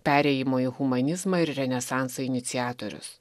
perėjimo į humanizmą ir renesansą iniciatorius